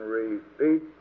repeat